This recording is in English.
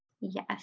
Yes